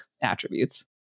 attributes